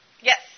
Yes